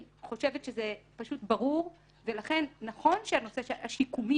אני חושבת שזה פשוט ברור ולכן נכון שהנושא השיקומי